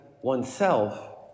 oneself